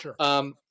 Sure